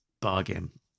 Bargain